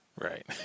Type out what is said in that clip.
Right